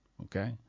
okay